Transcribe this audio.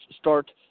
start